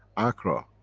accra.